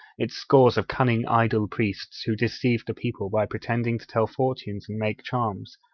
its scores of cunning idol-priests, who deceived the people by pretending to tell fortunes and make charms,